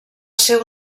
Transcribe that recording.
ser